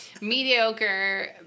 mediocre